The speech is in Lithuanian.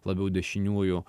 labiau dešiniųjų